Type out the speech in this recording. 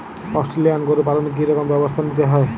Australian গরু পালনে কি রকম ব্যবস্থা নিতে হয়?